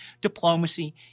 Diplomacy